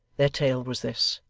their tale was this